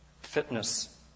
fitness